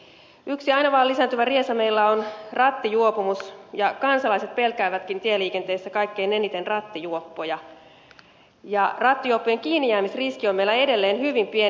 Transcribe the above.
yksi aina vaan lisääntyvä riesa meillä on rattijuopumus ja kansalaiset pelkäävätkin tieliikenteessä kaikkein eniten rattijuoppoja ja rattijuoppojen kiinnijäämisriski on meillä edelleen hyvin pieni